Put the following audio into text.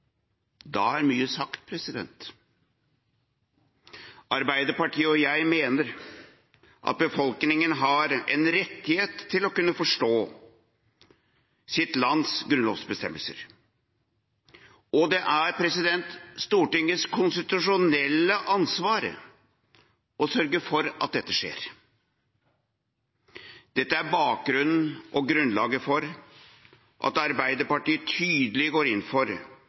Da er mye sagt. Arbeiderpartiet og jeg mener at befolkningen har en rettighet til å kunne forstå sitt lands grunnlovsbestemmelser. Det er Stortingets konstitusjonelle ansvar å sørge for at dette skjer. Dette er bakgrunnen og grunnlaget for at Arbeiderpartiet tydelig går inn for